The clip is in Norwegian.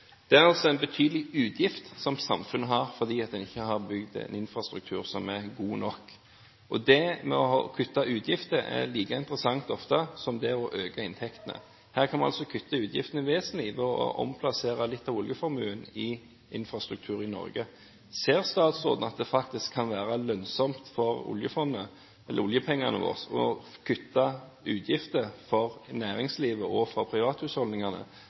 Det er altså en betydelig utgift som samfunnet har fordi en ikke har bygd en infrastruktur som er god nok. Det å kutte utgifter er ofte like interessant som det å øke inntektene. Her kan man altså kutte utgiftene vesentlig ved å omplassere litt av oljeformuen i infrastruktur i Norge. Ser statsråden at det faktisk kan være lønnsomt for oljefondet, oljepengene våre, å kutte utgifter for næringslivet og for privathusholdningene,